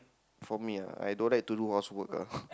for me ah I don't like to do housework ah